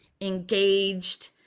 engaged